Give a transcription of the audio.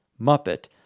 Muppet